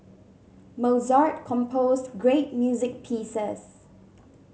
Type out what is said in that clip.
Mozart composed great music pieces